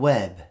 Web